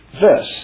verse